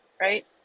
right